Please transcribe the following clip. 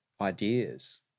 ideas